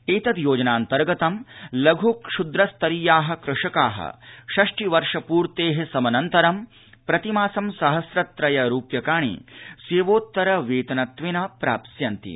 एतद योजनान्तर्गत लघ् क्षुद्रस्तरीयाः कृषकाः षष्टि वर्ष पूर्तेः समननतर प्रतिमासं सहस्र त्रय रूप्यकाणि सेवोत्तर वेतनत्वेन प्राप्स्यन्ति